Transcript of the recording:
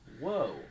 Whoa